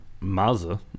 Mazda